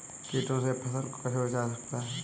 कीटों से फसल को कैसे बचाया जा सकता है?